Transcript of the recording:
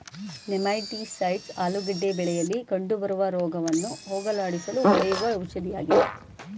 nematicides ಆಲೂಗೆಡ್ಡೆ ಬೆಳೆಯಲಿ ಕಂಡುಬರುವ ರೋಗವನ್ನು ಹೋಗಲಾಡಿಸಲು ಹೊಡೆಯುವ ಔಷಧಿಯಾಗಿದೆ